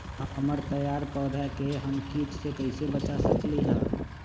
हमर तैयार पौधा के हम किट से कैसे बचा सकलि ह?